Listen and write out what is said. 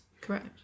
Correct